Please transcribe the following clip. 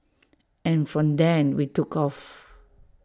and from then we took off